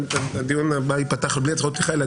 הדיון הבא ייפתח בלי הצהרות פתיחה,